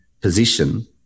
position